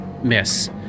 miss